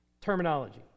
Terminology